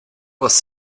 was